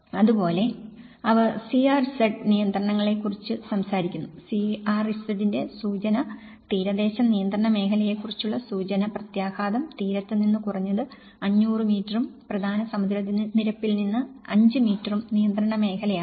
അതുപോലെ അവർ CRZ നിയന്ത്രണങ്ങളെ കുറിച്ചു സംസാരിക്കുന്നു CRZ ന്റെ സൂചന തീരദേശ നിയന്ത്രണ മേഖലയെക്കുറിച്ചുള്ള സൂചന പ്രത്യാഘാതം തീരത്ത് നിന്ന് കുറഞ്ഞത് 500 മീറ്ററും പ്രധാന സമുദ്രനിരപ്പിൽ നിന്ന് 5 മീറ്ററും നിയന്ത്രണമേഖലയാണ്